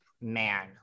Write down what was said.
man